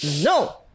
no